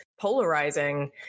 Polarizing